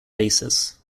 basis